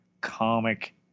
comic